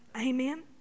Amen